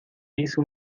dice